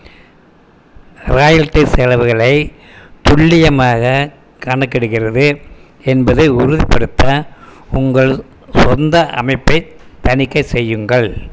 royalty செலவுகளை துல்லியமாக கணக்கெடுக்கிறது என்பதை உறுதிப்படுத்த உங்கள் சொந்த அமைப்பைத் தணிக்கை செய்யுங்கள்